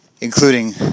Including